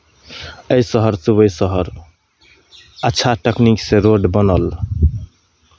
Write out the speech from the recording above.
एहि शहरसँ ओहि शहर अच्छा तकनीकसँ रोड बनल